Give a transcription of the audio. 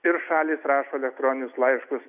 ir šalys rašo elektroninius laiškus